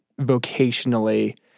vocationally